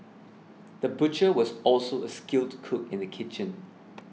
the butcher was also a skilled cook in the kitchen